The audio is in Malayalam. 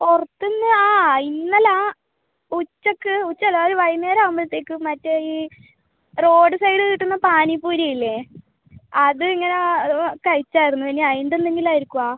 പുറത്ത് നിന്ന് ആ ഇന്നലെ ഉച്ചക്ക് ഉച്ച അല്ല ഒരു വൈകുന്നേരം ആകുമ്പോഴത്തേക്കും മറ്റേ ഈ റോഡ് സൈഡില് കിട്ടുന്ന പാനിപൂരി ഇല്ലേ അത് ഇങ്ങനെ കഴിച്ചായിരുന്നു ഇനി അതിൻ്റെ എന്തെങ്കിലും ആയിരിക്കുമോ